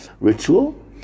ritual